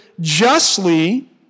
justly